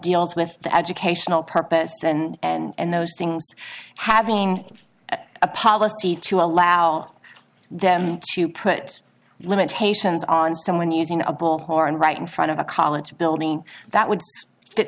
deals with the educational purpose then and those things having a policy to allow them to put limitations on someone using a bullhorn right in front of a college building that would